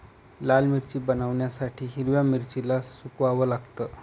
लाल मिरची बनवण्यासाठी हिरव्या मिरचीला सुकवाव लागतं